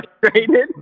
frustrated